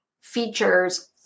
features